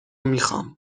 میخوام